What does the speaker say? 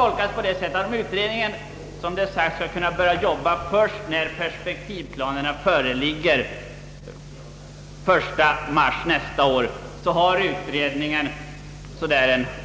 Om utredningen, som det har sagts, skall kunna börja arbeta först när perspektivplanerna föreligger, den 1 mars nästa år, så har försvarsutredningen